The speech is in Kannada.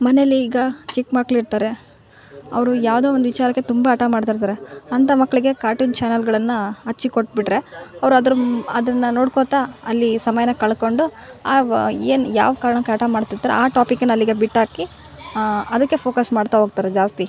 ಮನೇಲಿ ಈಗ ಚಿಕ್ಕಮಕ್ಳಿರ್ತಾರೆ ಅವರು ಯಾವುದೋ ಒಂದು ವಿಚಾರಕ್ಕೆ ತುಂಬ ಹಠ ಮಾಡ್ತಿರ್ತಾರೆ ಅಂಥ ಮಕ್ಕಳಿಗೆ ಕಾರ್ಟೂನ್ ಚಾನೆಲ್ಗಳನ್ನು ಹಚ್ಚಿ ಕೊಟ್ಬಿಟ್ಟರೆ ಅವರು ಆದ್ರು ಅದನ್ನು ನೋಡ್ಕೊತ ಅಲ್ಲಿ ಸಮಯ ಕಳ್ಕೊಂಡು ಆ ಏನು ಯಾವ ಕಾರಣಕ್ಕೆ ಹಠ ಮಾಡ್ತಿರ್ತಾರೆ ಆ ಟಾಪಿಕ್ನ ಅಲ್ಲಿಗೆ ಬಿಟ್ಟಾಕಿ ಅದ್ಕೆ ಫೋಕಸ್ ಮಾಡ್ತಾ ಹೋಗ್ತಾರೆ ಜಾಸ್ತಿ